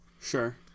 Sure